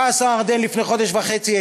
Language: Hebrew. בא השר ארדן לפני חודש וחצי,